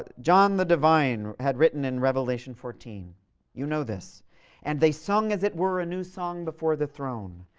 ah john the divine had written in revelation fourteen you know this and they sung as it were a new song before the throne,